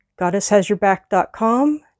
goddesshasyourback.com